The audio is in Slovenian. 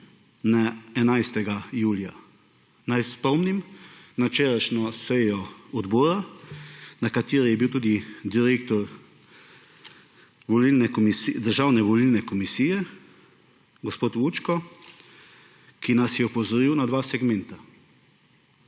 11. julija. Naj spomnim na včerajšnjo sejo odbora, na kateri je bil tudi direktor Državne volilne komisije gospod Vučko, ki nas je opozoril na dva segmenta,